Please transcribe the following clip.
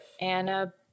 Anna